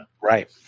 Right